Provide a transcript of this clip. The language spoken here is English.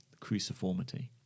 cruciformity